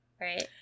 Right